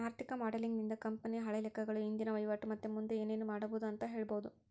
ಆರ್ಥಿಕ ಮಾಡೆಲಿಂಗ್ ನಿಂದ ಕಂಪನಿಯ ಹಳೆ ಲೆಕ್ಕಗಳು, ಇಂದಿನ ವಹಿವಾಟು ಮತ್ತೆ ಮುಂದೆ ಏನೆನು ಮಾಡಬೊದು ಅಂತ ಹೇಳಬೊದು